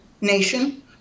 nation